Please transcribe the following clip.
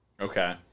Okay